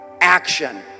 action